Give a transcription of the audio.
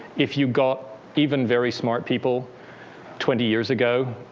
if you got even very smart people twenty years ago,